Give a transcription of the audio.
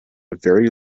very